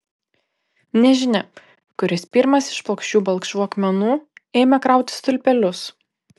nežinia kuris pirmas iš plokščių balkšvų akmenų ėmė krauti stulpelius